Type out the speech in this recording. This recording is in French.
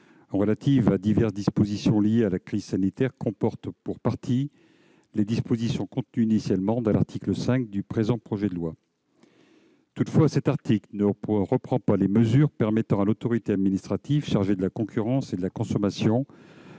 relative à diverses dispositions liées à la crise sanitaire comporte, pour partie, les dispositions figurant initialement dans l'article 5 du présent projet de loi. Toutefois, cet article ne reprend pas les mesures permettant à l'autorité administrative chargée de la concurrence et de la consommation